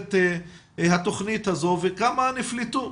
במסגרת התכנית הזאת וכמה נפלטו.